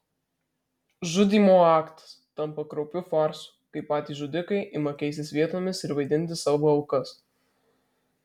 žudymo aktas tampa kraupiu farsu kai patys žudikai ima keistis vietomis ir vaidinti savo aukas